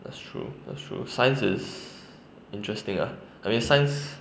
that's true that's true science is interesting ah I mean science